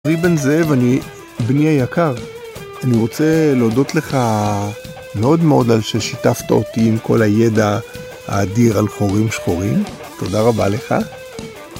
ארי בן זאב, אני בני היקר. אני רוצה להודות לך מאוד מאוד על ששיתפת אותי עם כל הידע האדיר על חורים שחורים. תודה רבה לך.